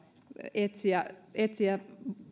etsiä etsiä